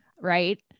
right